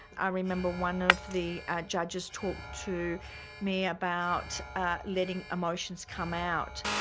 i remember one of the judges talked to me about ah letting emotions come out.